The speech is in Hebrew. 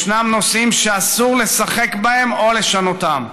ישנם נושאים שאסור לשחק בהם או לשנותם.